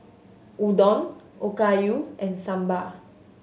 Udon Okayu and Sambar